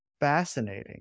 fascinating